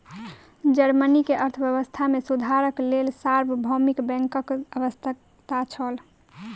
Germany के अर्थव्यवस्था मे सुधारक लेल सार्वभौमिक बैंकक आवश्यकता छल